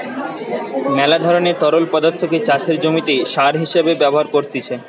মেলা ধরণের তরল পদার্থকে চাষের জমিতে সার হিসেবে ব্যবহার করতিছে